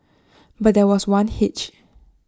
but there was one hitch